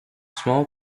small